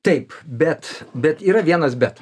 taip bet bet yra vienas bet